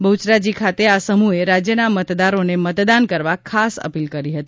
બહુચરાજી ખાતે આ સમૂહે રાજયના મતદારોને મતદાન કરવા ખાસ અપીલ કરી હતી